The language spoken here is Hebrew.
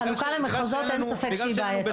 בגלל שאין לנו --- אין ספק שהחלוקה למחוזות היא בעייתית.